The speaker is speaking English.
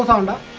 and